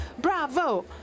bravo